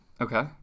Okay